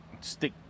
Stick